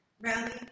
Rally